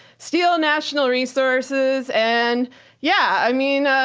steal national resources, and yeah, i mean, ah